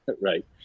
right